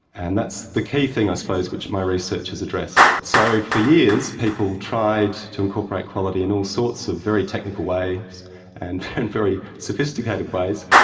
and that's the key thing, i suppose, which my research has addressed. so for years people tried to incorporate quality in all sorts of very technical ways and very sophisticated ways,